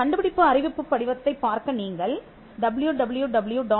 கண்டுபிடிப்பு அறிவிப்புப் படிவத்தைப் பார்க்க நீங்கள் www